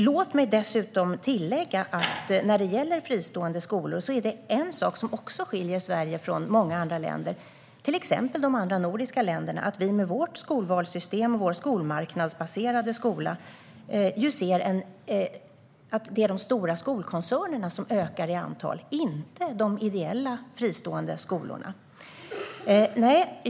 Låt mig dessutom tillägga att när det gäller fristående skolor är det en sak som skiljer Sverige från många andra länder, till exempel de andra nordiska länderna, och det är att vi med vårt skolvalssystem och vår skolmarknadsbaserade skola ser att det är de stora skolkoncernerna som ökar i antal, inte de ideella fristående skolorna.